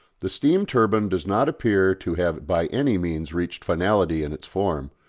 the steam turbine does not appear to have by any means reached finality in its form,